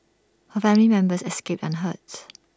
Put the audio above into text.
her family members escaped unhurt